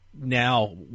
now